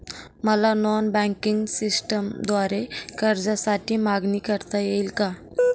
मला non banking सिस्टमद्वारे कर्जासाठी मागणी करता येईल का?